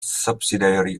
subsidiary